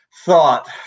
thought